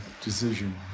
decision